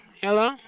Hello